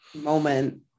moment